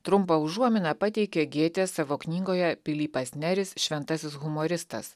trumpą užuominą pateikė gėtė savo knygoje pilypas neris šventasis humoristas